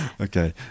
Okay